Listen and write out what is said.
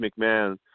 McMahon